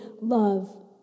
love